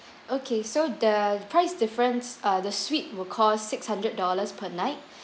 okay so the price difference err the suite will cost six hundred dollars per night